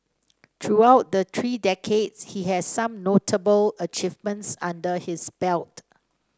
throughout the three decades he has some notable achievements under his belt